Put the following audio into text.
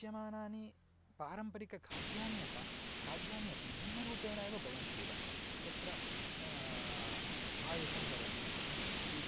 पच्यमानानि पारम्परिकखाद्यानि अपि खाद्यानि अपि भिन्नरूपेण एव भवन्त्येव तत्र पायसं भवति विविधानां